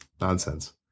Nonsense